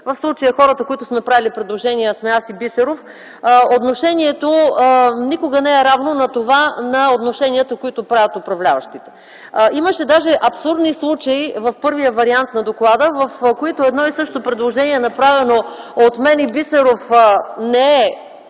в случая хората, които са направили предложения, сме аз и Бисеров, отношението никога не е равно на отношението към управляващите. Имаше даже абсурдни случаи в първия вариант на доклада, в които едно и също предложение, направено от мен и Бисеров, не е